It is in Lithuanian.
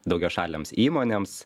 daugiašalėms įmonėms